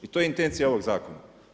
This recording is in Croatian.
I to je intencija ovog zakona.